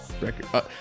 record